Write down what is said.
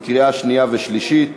קריאה שנייה ושלישית,